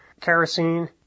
kerosene